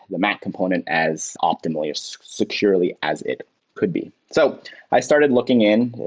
the mac component, as optimally or so securely as it could be. so i started looking in.